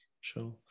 sure